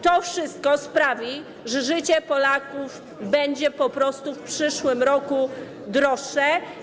To wszystko sprawi, że życie Polaków będzie po prostu w przyszłym roku droższe.